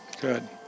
Good